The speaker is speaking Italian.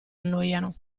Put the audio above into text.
annoiano